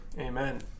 Amen